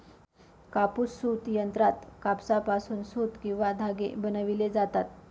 कापूस सूत यंत्रात कापसापासून सूत किंवा धागे बनविले जातात